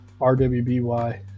rwby